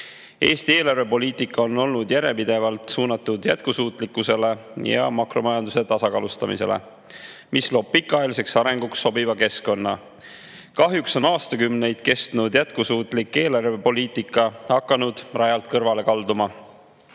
Eesti eelarvepoliitika on olnud järjepidevalt suunatud jätkusuutlikkusele ja makromajanduse tasakaalustamisele, mis loob pikaajaliseks arenguks sobiva keskkonna. Kahjuks on aastakümneid kestnud jätkusuutlik eelarvepoliitika hakanud rajalt kõrvale kalduma.